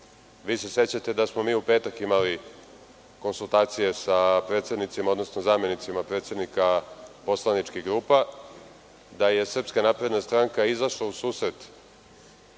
Vi se sećate da smo mi u petak imali konsultacije sa predsednicima, odnosno zamenicima predsednika poslaničkih grupa, da je SNS izašla u susret